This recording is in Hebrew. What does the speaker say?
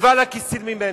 תקווה לכסיל ממנו.